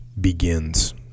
begins